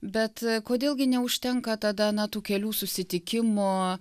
bet kodėl gi neužtenka tada na tų kelių susitikimų